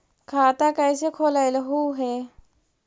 खाता कैसे खोलैलहू हे?